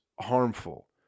harmful